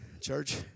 Church